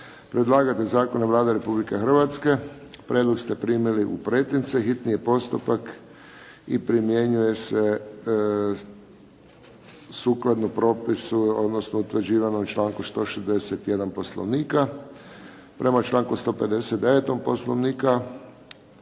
Predlagatelj zakona je Vlada Republike Hrvatske. Prijedlog ste primili u pretince. Hitni je postupak i primjenjuje se sukladno propisu odnosno utvrđivanom članku 161. Poslovnika. Prema članku 159. Poslovnika